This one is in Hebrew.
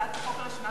הצעת החוק עוברת להמשך